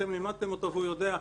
אתם לימדתם אותו והוא יודע.